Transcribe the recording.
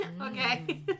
Okay